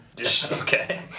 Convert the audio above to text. Okay